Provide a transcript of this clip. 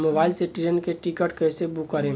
Mobile से train के ticket कैसे बूक करेम?